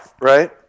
right